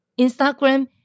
Instagram